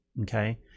okay